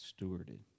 stewarded